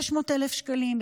600,000 שקלים,